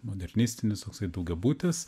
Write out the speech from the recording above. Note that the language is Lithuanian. modernistinis toksai daugiabutis